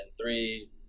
three